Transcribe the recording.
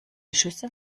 schüsse